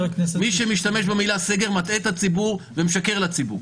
מי שמשתמש במילה סגר מטעה את הציבור ומשקר לציבור.